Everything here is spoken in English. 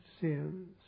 sins